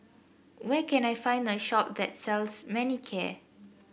where can I find a shop that sells Manicare